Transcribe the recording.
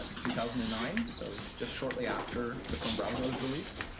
ah two thousand and nine, so just shortly after the chrome browser was released.